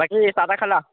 বাকী এই চাহ টাহ খালা